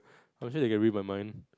I'm sure they can read my mind